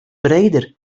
breder